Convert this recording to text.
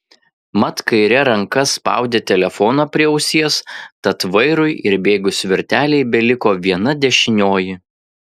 mat kaire ranka spaudė telefoną prie ausies tad vairui ir bėgių svirtelei beliko viena dešinioji